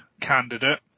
candidate